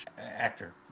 actor